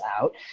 out